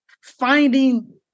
finding